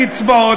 הקצבאות,